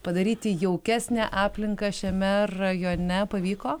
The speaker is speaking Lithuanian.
padaryti jaukesnę aplinką šiame rajone pavyko